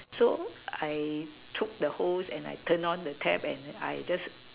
so I took the hose and I turned on the tap and I just